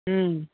हं